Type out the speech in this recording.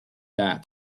that